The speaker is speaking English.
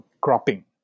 cropping